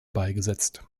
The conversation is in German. beigesetzt